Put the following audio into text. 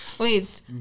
Wait